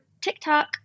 TikTok